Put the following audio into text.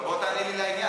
אבל בוא תענה לי לעניין.